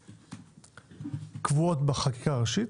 מהעבירות קבועות בחקיקה הראשית,